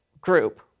group